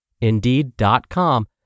Indeed.com